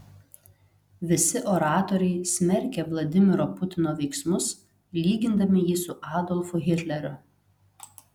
visi oratoriai smerkė vladimiro putino veiksmus lygindami jį su adolfu hitleriu